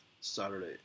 Saturday